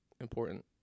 important